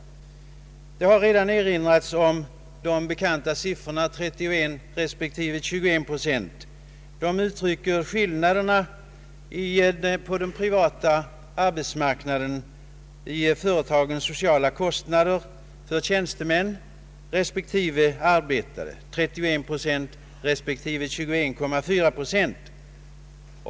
Redan har erinrats om de bekanta siffrorna 31 respektive 21 procent. De uttrycker skillnaden på den privata arbetsmarknaden mellan företagens sociala kostnader för tjänstemän och deras kostnader för arbetare, nämligen 31 respektive 21,4 procent.